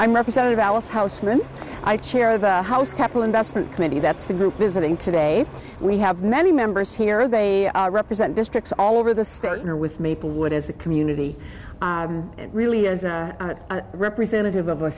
i'm representative alice housman i chair the house capital investment committee that's the group visiting today we have many members here they represent districts all over the state and are with maplewood as a community and really as a representative of u